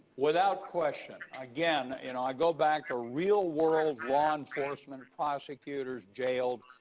without question. again, and i go back to real-world law enforcement prosecutors, jails,